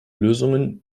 lösungen